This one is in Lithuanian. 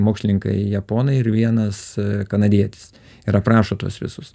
mokslininkai japonai ir vienas kanadietis ir aprašo tuos visus